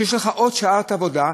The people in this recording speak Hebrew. ויש לך עוד שעת עבודה,